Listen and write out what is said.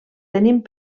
tenint